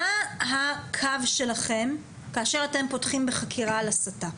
מה הקו שלכם כאשר אתם פותחים בחקירה על הסתה.